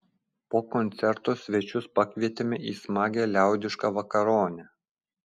po koncerto svečius pakvietėme į smagią liaudišką vakaronę